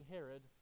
Herod